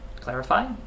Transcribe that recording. clarify